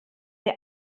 der